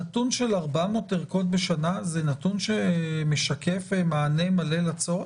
הנתון של 400 ערכות בשנה זה נתון שמשקף מענה מלא לצורך?